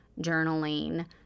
journaling